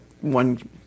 one-